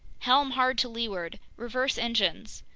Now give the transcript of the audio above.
helm hard to leeward! reverse engines!